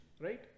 Right